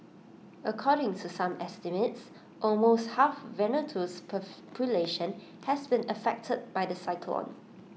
according to some estimates almost half Vanuatu's population has been affected by the cyclone